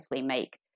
make